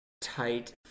tight